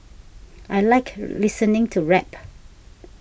I like listening to rap